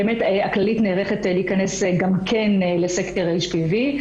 באמת הכללית נערכת להיכנס גם כן לסקר HPV,